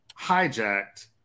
hijacked